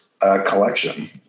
collection